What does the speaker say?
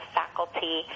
faculty